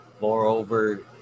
moreover